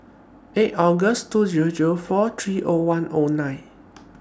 eight August two Zero Zero four three O one O nine